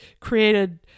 created